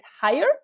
higher